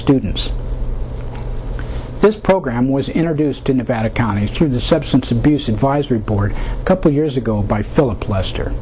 students this program was introduced to nevada county through the substance abuse advisory board a couple years ago by philip lester